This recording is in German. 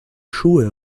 schuhe